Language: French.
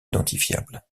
identifiable